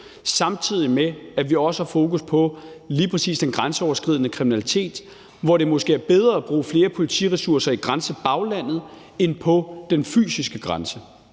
samtidig med at vi også har fokus på lige præcis den grænseoverskridende kriminalitet, hvor det måske er bedre at bruge flere politiressourcer i grænsebaglandet end på den fysiske grænse.